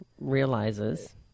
realizes